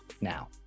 now